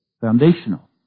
foundational